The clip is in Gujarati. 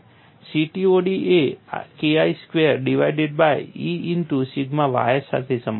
CTOD એ K I square divided by E into sigma ys સાથે સંબંધિત છે